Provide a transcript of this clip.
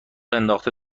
انداخته